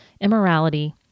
immorality